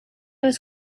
was